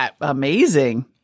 Amazing